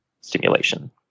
stimulation